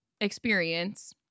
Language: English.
experience